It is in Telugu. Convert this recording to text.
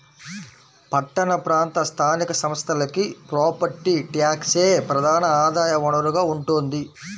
పట్టణ ప్రాంత స్థానిక సంస్థలకి ప్రాపర్టీ ట్యాక్సే ప్రధాన ఆదాయ వనరుగా ఉంటోంది